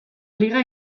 liga